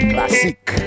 Classic